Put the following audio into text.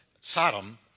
Sodom